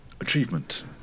achievement